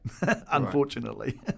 unfortunately